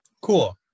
Cool